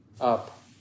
up